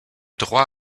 droit